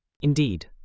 Indeed